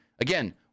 Again